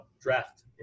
draft